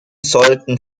sollten